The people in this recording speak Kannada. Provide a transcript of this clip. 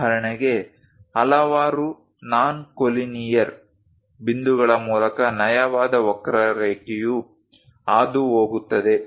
ಉದಾಹರಣೆಗೆ ಹಲವಾರು ನಾನ್ ಕೊಲಿನೀಯರ್ ಬಿಂದುಗಳ ಮೂಲಕ ನಯವಾದ ವಕ್ರರೇಖೆಯು ಹಾದುಹೋಗುತ್ತದೆ